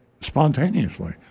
spontaneously